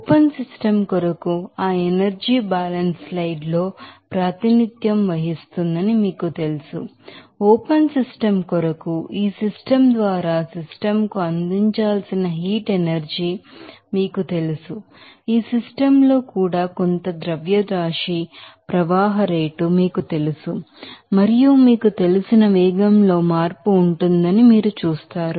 open system కొరకు ఆ energy balance slide ల్లో ప్రాతినిధ్యం వహిస్తుందని మీకు తెలుసు ఓపెన్ సిస్టమ్ కొరకు ఈ సిస్టమ్ ద్వారా సిస్టమ్ కు అందించాల్సిన హీట్ ఎనర్జీ మీకు తెలుసు ఈ సిస్టమ్ లో కూడా కొంత మాస్ ఫ్లో రేట్ మరియు మీకు తెలిసిన వేగంలో మార్పు ఉంటుందని మీరు చూస్తారు